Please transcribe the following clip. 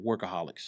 Workaholics